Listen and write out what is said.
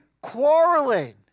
quarreling